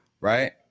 right